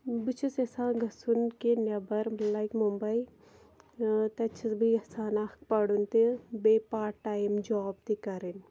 بہٕ چھَس یَژھان گَژھُن کہِ نیٚبَر بہٕ لایِک مُمبئی تَتہِ چھَس بہٕ یژھان اَکھ پَرُن تہِ بیٚیہِ پارٹ ٹایِم جاب تہِ کَرٕنۍ